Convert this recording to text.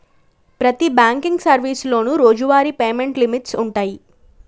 ప్రతి బాంకింగ్ సర్వీసులోనూ రోజువారీ పేమెంట్ లిమిట్స్ వుంటయ్యి